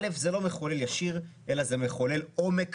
א', זה לא מחולל ישיר אלא זה מחולל עומק.